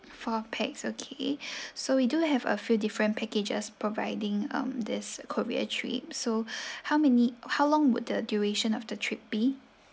four pax okay so we do have a few different packages providing um this korea trip so how many how long would the duration of the trip be